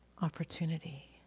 opportunity